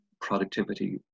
productivity